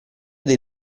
dei